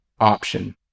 option